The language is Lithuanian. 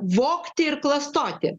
vogti ir klastoti